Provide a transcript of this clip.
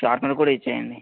sharpener కూడా ఇచ్చేయండి